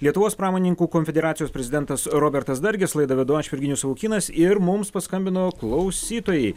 lietuvos pramonininkų konfederacijos prezidentas robertas dargis laidą vedu aš virginijus savukynas ir mums paskambino klausytojai